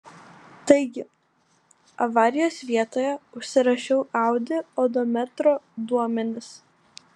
taigi avarijos vietoje užsirašiau audi odometro duomenis